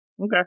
Okay